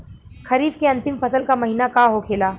खरीफ के अंतिम फसल का महीना का होखेला?